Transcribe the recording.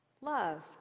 Love